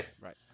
Right